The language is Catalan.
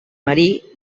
marí